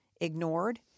ignored